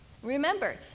Remember